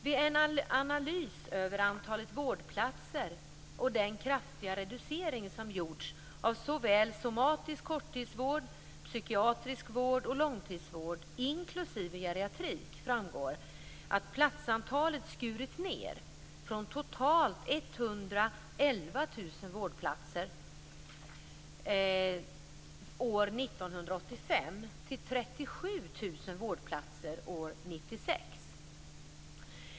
Vid en analys över antalet vårdplatser och den kraftiga reducering som gjorts av såväl somatisk korttidsvård, psykiatrisk vård som långtidsvård, inklusive geriatrik, framgår att platsantalet skurits ned från totalt 111 000 vårdplatser år 1985 till 37 000 år 1996.